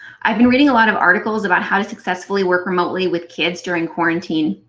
i've been reading a lot of articles about how to successfully work remotely with kids during quarantine.